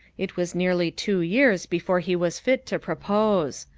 it was nearly two years before he was fit to propose.